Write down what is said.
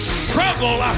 struggle